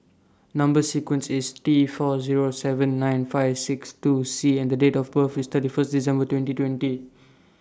Number sequence IS T four Zero seven nine five six two C and Date of birth IS thirty First December twenty twenty